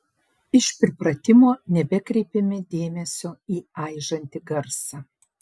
iš pripratimo nebekreipėme dėmesio į aižantį garsą